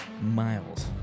miles